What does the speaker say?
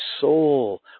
soul